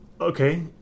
Okay